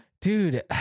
dude